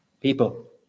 People